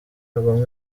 bamwe